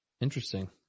interesting